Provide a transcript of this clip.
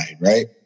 right